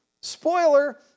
spoiler